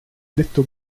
detto